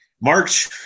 March